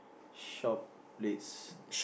shop place